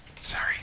sorry